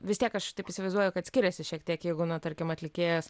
vis tiek aš taip įsivaizduoju kad skiriasi šiek tiek jeigu tarkim atlikėjas